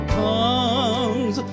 comes